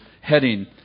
heading